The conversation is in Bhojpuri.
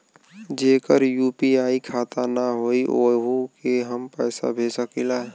जेकर यू.पी.आई खाता ना होई वोहू के हम पैसा भेज सकीला?